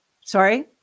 sorry